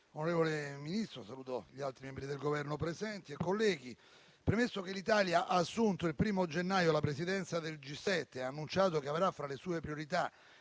l'onorevole Ministro e tutti i membri del Governo presenti in Aula. Premesso che l'Italia ha assunto il 1° gennaio 2024 la Presidenza del G7 e ha annunciato che avrà fra le sue priorità